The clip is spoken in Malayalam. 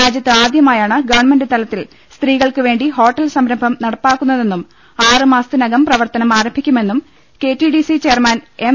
രാജ്യത്ത് ആദ്യമായാണ് ഗവൺമെന്റ് തലത്തിൽ സ്ത്രീകൾക്ക് വേണ്ടി ഹോട്ടൽ സംരംഭം നടപ്പാക്കുന്നതെന്നും ആറ് മാസത്തിനകം പ്രവർത്തനം ആരംഭിക്കുമെന്നും K T D C chairman M